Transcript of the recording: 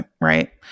right